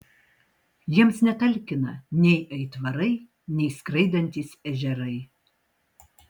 jiems netalkina nei aitvarai nei skraidantys ežerai